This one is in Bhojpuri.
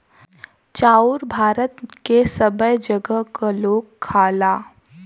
चाउर भारत के सबै जगह क लोग खाला